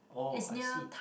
oh I see